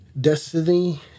Destiny